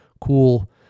cool